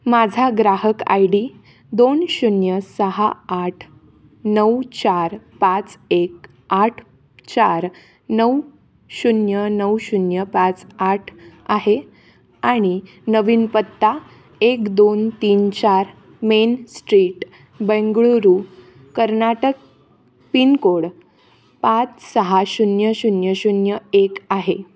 माझा ग्राहक I D दोन शून्य सहा आठ नऊ चार पाच एक आठ चार नऊ शून्य नऊ शून्य पाच आठ आहे आणि नवीनपत्ता एक दोन तीन चार main street Bengaluru Karnataka pin code पाच सहा शून्य शून्य शून्य एक आहे